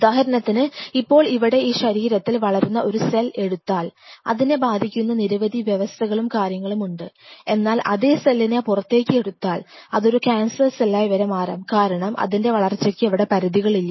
ഉദാഹരണത്തിന് ഇപ്പോൾ ഇവിടെ ഈ ശരീരത്തിൽ വളരുന്ന ഒരു സെൽ എടുത്താൽ അതിനെ ബാധിക്കുന്ന നിരവധി വ്യവസ്ഥകളും കാര്യങ്ങളുമുണ്ട് എന്നാൽ അതേ സെല്ലിനെ പുറത്തേക്ക് എടുത്താൽ അതൊരു ഒരു കാൻസർ സെല്ലായി വരെ മാറാം കാരണം അതിൻറെ വളർച്ചക്ക് അവിടെ പരിധികളില്ല